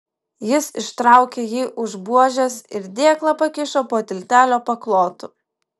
jis ištraukė jį už buožės ir dėklą pakišo po tiltelio paklotu